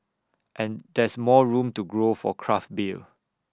and there's more room to grow for craft beer